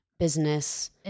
business